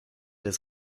das